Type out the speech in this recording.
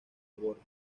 aborto